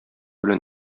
белән